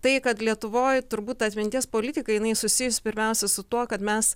tai kad lietuvoj turbūt atminties politika jinai susijusi pirmiausia su tuo kad mes